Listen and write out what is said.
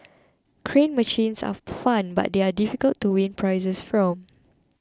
crane machines are fun but they are difficult to win prizes from